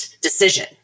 decision